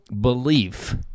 belief